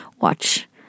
watch